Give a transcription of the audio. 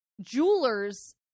jewelers